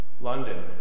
London